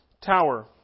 Tower